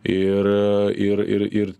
ir ir ir ir